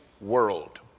world